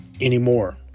anymore